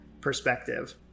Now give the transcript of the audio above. perspective